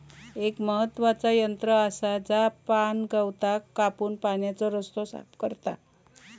एक महत्त्वाचा यंत्र आसा जा पाणगवताक कापून पाण्याचो रस्तो साफ करता